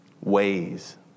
Ways